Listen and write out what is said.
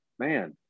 man